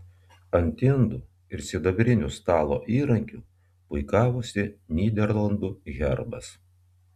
ant indų ir sidabrinių stalo įrankių puikavosi nyderlandų herbas